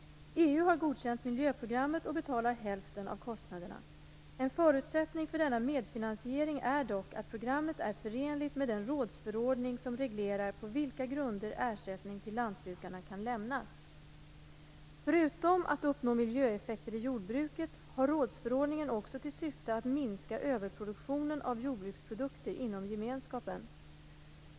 EU har godkänt miljöprogrammet och betalar hälften av kostnaderna. En förutsättning för denna medfinansiering är dock att programmet är förenligt med den rådsförordning som reglerar på vilka grunder ersättning till lantbrukarna kan lämnas. Förutom att uppnå miljöeffekter i jordbruket har rådsförordningen också till syfte att minska överproduktionen av jordbruksprodukter inom Gemenskapen.